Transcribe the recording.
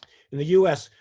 in the us,